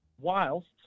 whilst